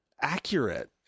accurate